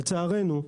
לצערנו,